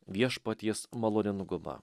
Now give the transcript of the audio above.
viešpaties maloningumą